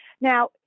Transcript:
Now